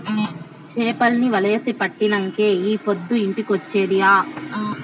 చేపల్ని వలేసి పట్టినంకే ఈ పొద్దు ఇంటికొచ్చేది ఆ